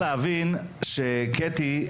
קטי,